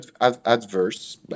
adverse